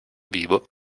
vivo